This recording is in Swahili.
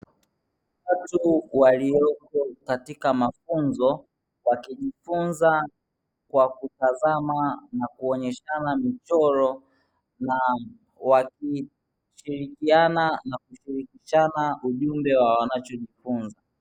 Watu waliopo katika mafunzo wakijifunza kwa kutazama na kuoneshana michoro na wakishirikiana na kushirikishana ujumbe wa wanachojifunza.